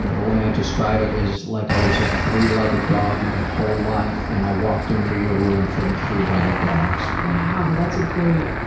you know the way i describe it is like i was just ah three-legged dog my whole life and i walked into a room full of three-legged dogs. yeah, that's a great,